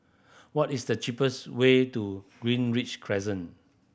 what is the cheapest way to Greenridge Crescent